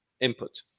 input